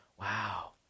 wow